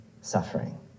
suffering